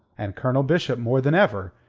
and colonel bishop more than ever,